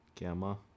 Gamma